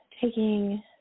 taking